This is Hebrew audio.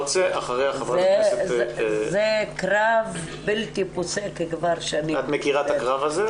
זה קרב בלתי פוסק שאני --- את מכירה את הקרב הזה,